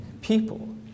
people